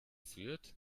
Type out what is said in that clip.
fürth